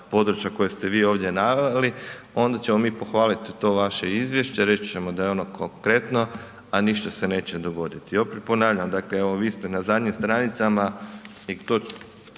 područja koja ste vi ovdje naveli, onda ćemo mi pohvaliti to vaše izvješće, reći ćemo da je ono konkretno, a ništa se neće dogoditi. I opet ponavljam, dakle evo vi ste na zadnjim stranicama i to